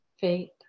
faith